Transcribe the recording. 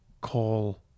call